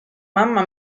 mamma